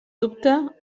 dubte